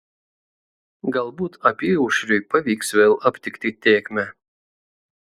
galbūt apyaušriui pavyks vėl aptikti tėkmę